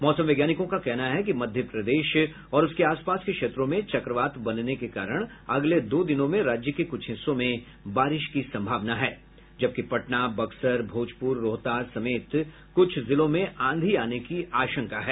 मौसम वैज्ञानिकों का कहना है कि मध्य प्रदेश और उसके आस पास के क्षेत्रों में चक्रवात बनने के कारण अगले दो दिनों में राज्य के कुछ हिस्सों में बारिश की संभावना है जबकि पटना बक्सर भोजपुर रोहतास समेत कुछ जिलों में आंधी आने की आशंका है